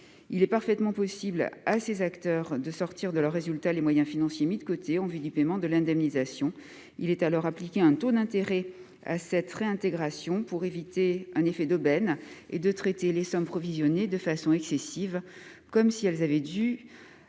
Il est parfaitement possible à ces acteurs de sortir de leurs résultats les moyens financiers mis de côté en vue du paiement de l'indemnisation. Il est alors appliqué un taux d'intérêt à cette réintégration, afin d'éviter un effet d'aubaine et de traiter les sommes provisionnées de façon excessive, comme si elles avaient dû